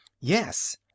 yes